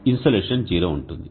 insulation 0 ఉంటుంది